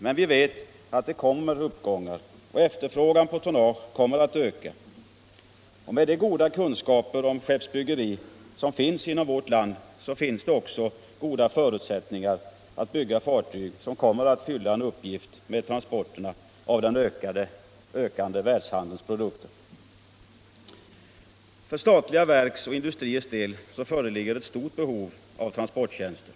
Men vi vet att det kommer uppgångar. Efterfrågan på tonnage kommer att öka. Med de goda kunskaper om skeppsbyggeri som finns i vårt land, finns också goda förutsättningar att bygga fartyg som kommer att fylla en uppgift med transporterna av en ökande världshandels produkter. För svenska statliga verks och industriers del föreligger ett stort behov av transporttjänster.